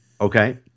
Okay